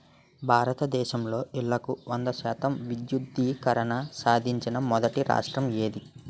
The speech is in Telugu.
భారతదేశంలో ఇల్లులకు వంద శాతం విద్యుద్దీకరణ సాధించిన మొదటి రాష్ట్రం ఏది?